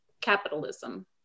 Capitalism